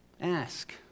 Ask